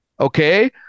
Okay